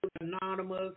anonymous